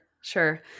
Sure